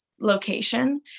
location